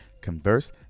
converse